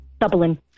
Dublin